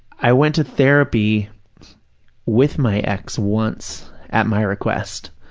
i went to therapy with my ex once at my request,